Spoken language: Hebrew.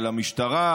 על המשטרה,